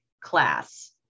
class